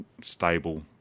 stable